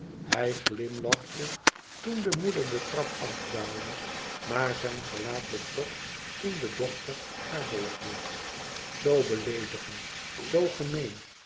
hij glimlachte toen de moeder de trap afdaalde maar zijn gelaat betrok toen de dochter haar volgde zoo beleedigend zoo